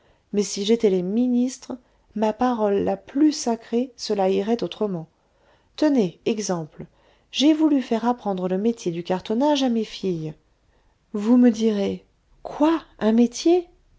mais si j'étais les ministres ma parole la plus sacrée cela irait autrement tenez exemple j'ai voulu faire apprendre le métier du cartonnage à mes filles vous me direz quoi un métier